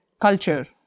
culture